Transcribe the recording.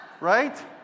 right